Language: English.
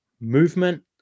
movement